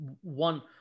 one